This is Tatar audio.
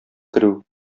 керү